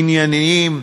ענייניים,